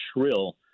shrill